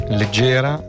leggera